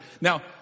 Now